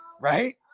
right